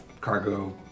cargo